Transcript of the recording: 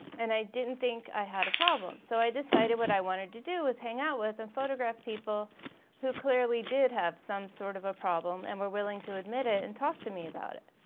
and i didn't think i had a problem. so i decided what i wanted to do was hang out with and photograph people who clearly did have some sort of a problem and were willing to admit it and talk to me about it.